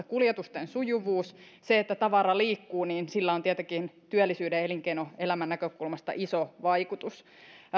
kuljetusten sujuvuudella ja sillä että tavara liikkuu on tietenkin työllisyyden ja elinkeinoelämän näkökulmasta iso vaikutus